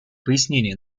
пояснения